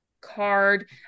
card